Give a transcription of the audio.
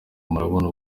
murabona